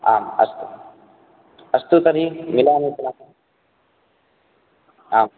आम् अस्तु अस्तु तर्हि मिलामि पुनः आम्